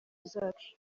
zacu